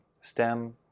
STEM